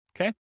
Okay